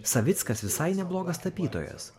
savickas visai neblogas tapytojas